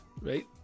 Right